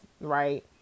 right